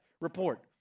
report